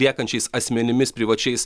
liekančiais asmenimis privačiais